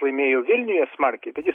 laimėjo vilniuje smarkiai bet jis